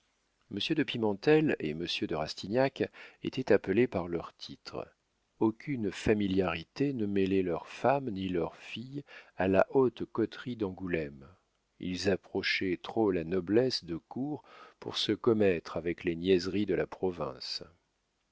monsieur de pimentel et monsieur de rastignac étaient appelés par leurs titres aucune familiarité ne mêlait leurs femmes ni leurs filles à la haute coterie d'angoulême ils approchaient trop la noblesse de cour pour se commettre avec les niaiseries de la province